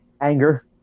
anger